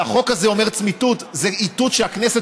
החוק הזה אומר "לצמיתות" זה איתות שהכנסת